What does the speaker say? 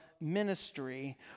ministry